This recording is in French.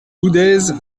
boudaises